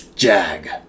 Jag